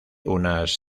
unas